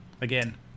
Again